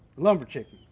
lumber chicken.